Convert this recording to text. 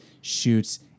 shoots